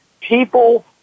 People